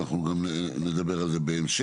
ואנחנו גם נדבר על זה בהמשך.